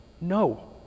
no